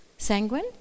Sanguine